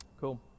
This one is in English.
Cool